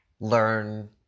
learn